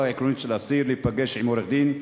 העקרונית של אסיר להיפגש עם עורך-דין,